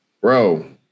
bro